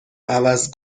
عوض